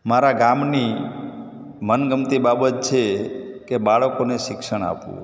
મારા ગામની મનગમતી બાબત છે કે બાળકોને શિક્ષણ આપવું